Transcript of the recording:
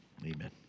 amen